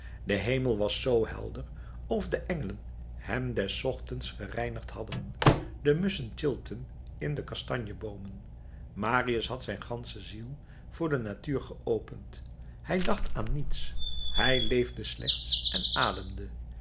de hemel was zoo helder of de engelen hem des ochtends gereinigd hadden de musschen tjilpten in de kastanjeboomen marius had zijn gansche ziel voor de natuur geopend hij dacht aan niets hij leefde slechts en ademde